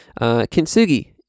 Kintsugi